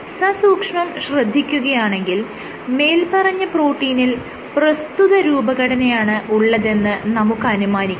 സസൂക്ഷ്മം ശ്രദ്ധിക്കുകയാണെങ്കിൽ മേല്പറഞ്ഞ പ്രോട്ടീനിൽ പ്രസ്തുത രൂപഘടനയാണ് ഉള്ളതെന്ന് നമുക്ക് അനുമാനിക്കാം